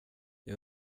jag